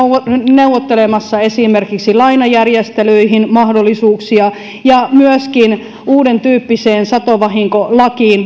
neuvottelemassa esimerkiksi lainajärjestelyihin mahdollisuuksia ja myöskin uudentyyppiseen satovahinkolakiin